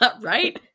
Right